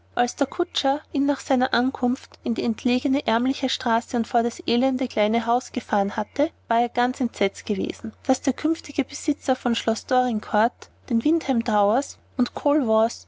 als der kutscher ihn nach seiner ankunft in die entlegene ärmliche straße und vor das elende kleine haus gefahren hatte war er ganz entsetzt gewesen daß der künftige besitzer von schloß dorincourt und